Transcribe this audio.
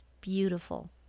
beautiful